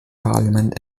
parliament